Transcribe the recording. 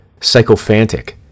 psychophantic